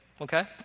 okay